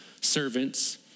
servants